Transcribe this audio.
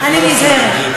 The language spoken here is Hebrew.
אני נזהרת.